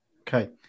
Okay